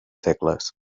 segles